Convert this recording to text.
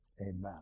amen